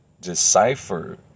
decipher